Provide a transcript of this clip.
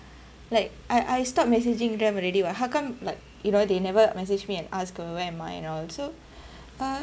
like I I stop messaging them already [what] how come like you know they never message me and ask uh where am I and all so uh